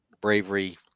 bravery